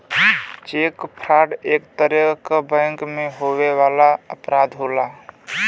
check fraud एक तरे क बैंक में होए वाला अपराध होला